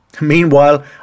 Meanwhile